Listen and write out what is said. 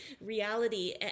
reality